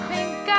Pink